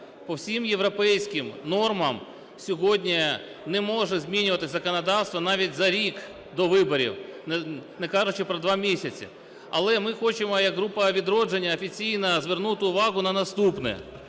По всім європейським нормам сьогодні не може змінюватись законодавство навіть за рік до виборів, не кажучи про 2 місяці. Але ми хочемо як група "Відродження" офіційно звернути увагу на наступне.